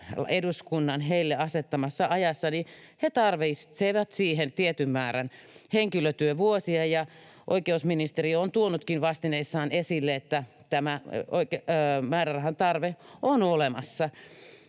eduskunnan heille asettamassa ajassa, niin he tarvitsevat siihen tietyn määrän henkilötyövuosia — ja oikeusministeriö onkin tuonut vastineissaan esille, että tämä määrärahan tarve on olemassa